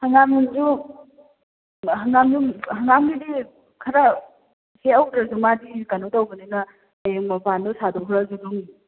ꯍꯪꯒꯥꯝꯗꯨꯁꯨ ꯍꯪꯒꯥꯝꯗꯨ ꯍꯪꯒꯥꯝꯒꯤꯗꯤ ꯈꯔ ꯍꯦꯛꯍꯧꯗ꯭ꯔꯁꯨ ꯃꯥꯗꯤ ꯀꯩꯅꯣ ꯇꯧꯕꯅꯤꯅ ꯍꯌꯦꯡ ꯃꯄꯥꯟꯗꯣ ꯁꯥꯗꯣꯛꯈ꯭ꯔꯁꯨ ꯑꯗꯨꯝ